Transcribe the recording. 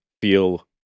feel